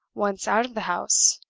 once out of the house,